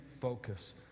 focus